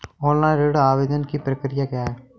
Online ऋण आवेदन की प्रक्रिया क्या है?